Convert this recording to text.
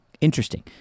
Interesting